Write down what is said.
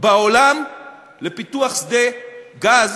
בעולם לפיתוח שדה גז